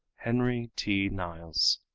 henry t. niles.